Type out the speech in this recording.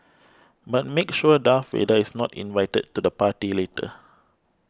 but make sure Darth Vader is not invited to the party later